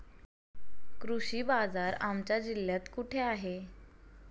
कृषी बाजार आमच्या जिल्ह्यात कुठे आहे?